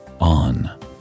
On